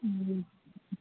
ꯎꯝ